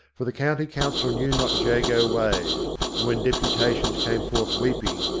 for the county council knew not jago ways and when deputations came foith weeping,